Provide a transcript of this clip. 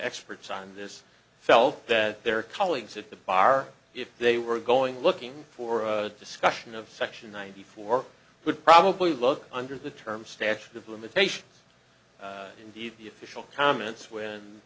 experts on this felt that their colleagues at the bar if they were going looking for a discussion of section ninety four would probably look under the term stashed of limitation indeed the official comments when